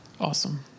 Awesome